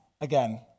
again